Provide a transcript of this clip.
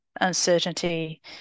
uncertainty